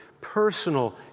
personal